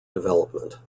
development